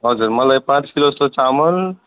हजुर मलाई पाँच किलो जस्तो चामल